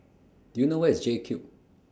Do YOU know Where IS JCube